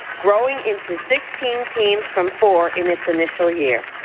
growing into sixteen teams from four in its initial year.